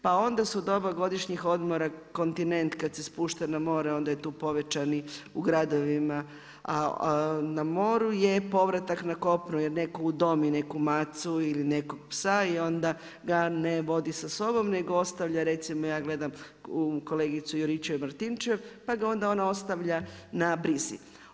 Pa onda su doba godišnjih odmora kontinent kad se spušta na more, onda je to povećani u gradovima, a na moru je povratak na kopno jer netko udomi neku macu ili nekog psa i onda ga ne vodi sa sobom nego ostavlja recimo ja gledam kolegicu Juričev Martinčev, pa ga onda ona ostavlja na brizi.